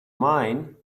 mine